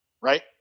right